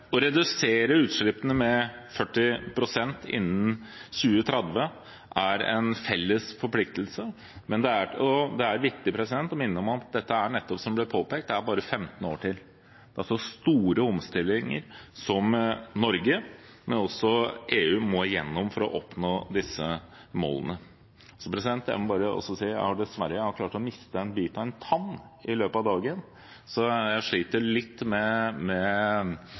Å redusere utslippene med 40 pst. innen 2030 er en felles forpliktelse, men det er viktig å minne om, som det ble påpekt, at det er bare15 år til. Det er altså store omstillinger som Norge, men også EU, må igjennom for å oppnå disse målene. Jeg må bare også si, president, at jeg dessverre har klart å miste en bit av en tann i løpet av dagen, så jeg sliter litt med